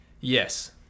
Yes